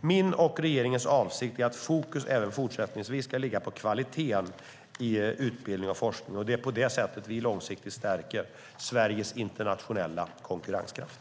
Min och regeringens avsikt är att fokus även fortsättningsvis ska ligga på kvaliteten i utbildning och forskning. Det är på det sättet vi långsiktigt stärker Sveriges internationella konkurrenskraft.